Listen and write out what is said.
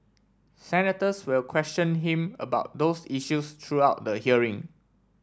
senators will question him about those issues throughout the hearing